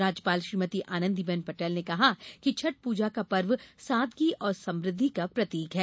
राज्यपाल श्रीमती पटेल ने कहा कि छठ पूजा का पर्व सादगी और समृद्वि का प्रतीक है